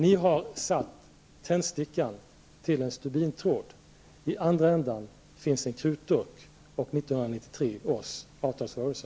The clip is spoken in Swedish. Ni har satt tändstickan till en stubintråd. I andra änden finns en krutdurk -- och 1993 års avtalsrörelse.